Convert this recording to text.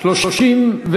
למניעת הטרדה מינית (תיקון מס' 10),